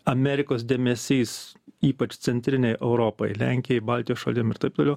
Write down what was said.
amerikos dėmesys ypač centrinei europai lenkijai baltijos šalim ir taip toliau